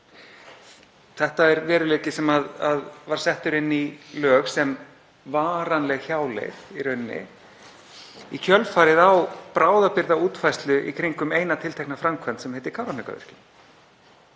Þetta er veruleiki sem var settur inn í lög sem varanleg hjáleið í rauninni í kjölfarið á bráðabirgðaútfærslu í kringum eina tiltekna framkvæmd sem heitir Kárahnjúkavirkjun.